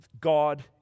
God